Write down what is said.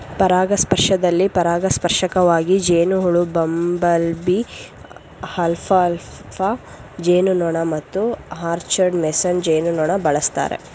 ಪರಾಗಸ್ಪರ್ಶದಲ್ಲಿ ಪರಾಗಸ್ಪರ್ಶಕವಾಗಿ ಜೇನುಹುಳು ಬಂಬಲ್ಬೀ ಅಲ್ಫಾಲ್ಫಾ ಜೇನುನೊಣ ಮತ್ತು ಆರ್ಚರ್ಡ್ ಮೇಸನ್ ಜೇನುನೊಣ ಬಳಸ್ತಾರೆ